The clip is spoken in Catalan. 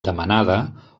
demanada